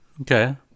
Okay